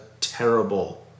terrible